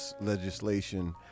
legislation